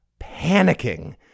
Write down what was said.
panicking